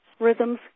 Rhythms